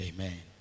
Amen